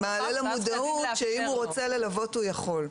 למודעות שאם הוא רוצה ללוות הוא יכול.